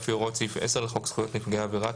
לפי הוראות סעיף 10 לחוק זכויות נפגעי עבירה,